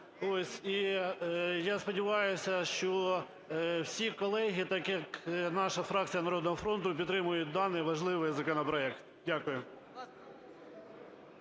я сподіваюся, що всі колеги, так, як наша фракція "Народного фронту", підтримують даний важливий законопроект. Дякую.